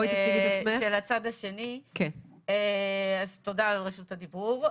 תודה על רשות הדיבור.